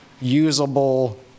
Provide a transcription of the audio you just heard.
usable